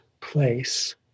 place